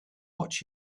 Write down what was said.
watch